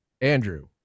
Andrew